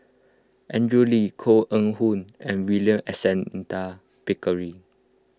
Andrew Lee Koh Eng Hoon and William Alexander Pickering